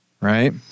Right